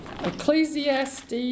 Ecclesiastes